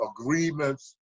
Agreements